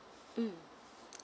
okay mm